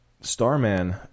Starman